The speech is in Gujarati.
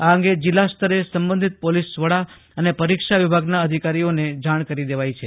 આ અંગે જિલ્લાસ્તરે સંબંધિત પોલીસ વડા અને પરીક્ષા વિભાગના અધિકારીઓને જાણ કરી દેવાઈ છે